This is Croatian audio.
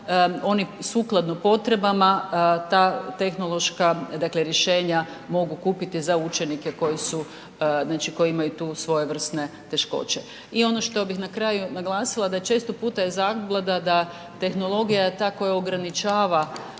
oni sukladno potrebama ta tehnološka dakle rješenja mogu kupiti za učenike koji su znači koji imaju tu svojevrsne teškoće. I ono što bih na kraju naglasila da često puta je zabluda da tehnologija je ta koja ograničava